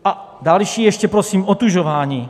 A další ještě, prosím: otužování.